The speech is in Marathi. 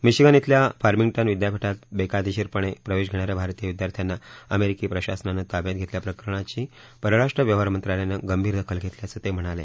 मिशिगन इथल्या फार्मिंगटन विद्यापीठात बेकायदेशीरपणे प्रवेश घेणाऱ्या भारतीय विद्यार्थ्यांना अमेरिकी प्रशासनानं ताब्यात घेतल्या प्रकरणाची परराष्ट्र व्यवहार मंत्रालयानं गंभीर दाखल घेतल्याचं ते म्हणाले